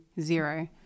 zero